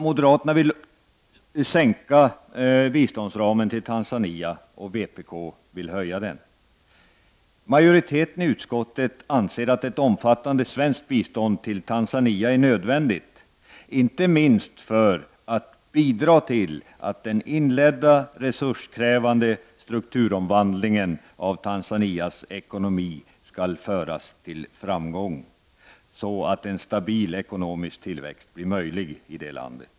Moderaterna vill minska biståndsramen för Tanzania och vpk vill utöka den. Utskottets majoritet anser att ett omfattande svenskt bistånd till Tanzania är nödvändigt, inte minst för att bidra till att den inledda resurskrävande strukturomvandlingen av Tanzanias ekonomi skall föras till framgång, så att en stabil ekonomisk tillväxt blir möjlig i det landet.